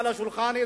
בשולחן העגול.